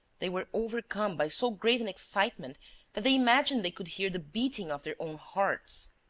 they were overcome by so great an excitement that they imagined they could hear the beating of their own hearts.